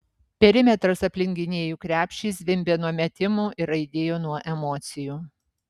perimetras aplink gynėjų krepšį zvimbė nuo metimų ir aidėjo nuo emocijų